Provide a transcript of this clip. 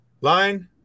line